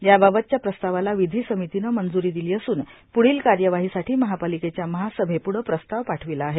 याबाबतच्या प्रस्तावाला विधी समितीनं मंजुरी दिली असून पुढील कायवाहीसाठी महापालिकेच्या महासभेप्ढं प्रस्ताव पाठविला आहे